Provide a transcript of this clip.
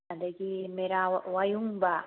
ꯑꯗꯒꯤ ꯃꯦꯔꯥ ꯋꯥꯌꯨꯡꯕ